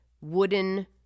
wooden